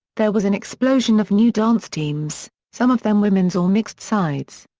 there was an explosion of new dance teams, some of them women's or mixed sides.